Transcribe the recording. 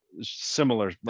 similar